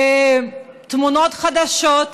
תמונות חדשות.